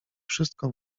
wszystko